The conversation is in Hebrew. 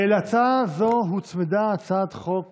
להצעה זו הוצמדה הצעת חוק